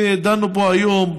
שדנו בו היום,